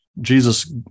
Jesus